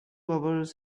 hours